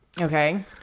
Okay